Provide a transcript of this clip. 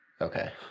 Okay